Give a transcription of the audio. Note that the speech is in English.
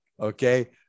Okay